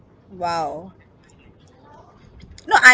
!wow! no I